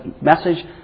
message